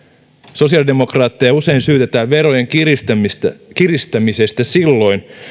sosiaalidemokraatteja usein syytetään verojen kiristämisestä kiristämisestä silloin